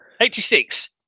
86